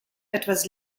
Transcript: etwas